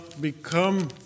become